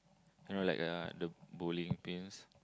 you know like uh the bowling pins